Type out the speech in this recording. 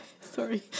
Sorry